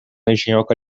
engenhoca